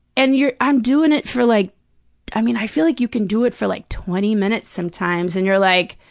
and you're i'm doing it for like i mean, i feel like you can do it for, like, twenty minutes sometimes, and you're like.